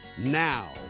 now